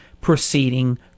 proceeding